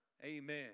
Amen